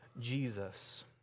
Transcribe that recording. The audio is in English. Jesus